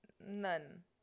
None